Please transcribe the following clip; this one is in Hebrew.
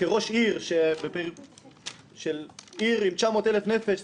כראש עיר של עיר עם 900,000 נפש,